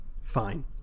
fine